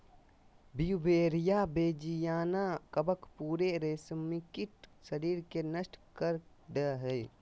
Beauveria bassiana कवक पूरे रेशमकीट शरीर के नष्ट कर दे हइ